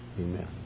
Amen